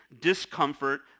discomfort